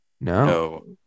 no